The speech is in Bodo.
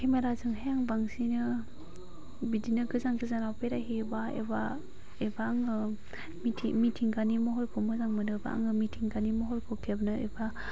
केमेराफोरजोंहाय आं बांसिनो बिदिनो गोजान गोजानाव बेरायहैयोबा एबा आङो मिथिंगानि महरखौ मोजां मोनोबा आङो मिथिंगानि महरखौ खेबनो एबा